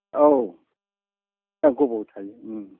औ गोबाव थायो